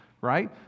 right